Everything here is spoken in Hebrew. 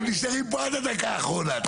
הם נשארים פה עד הדקה האחרונה.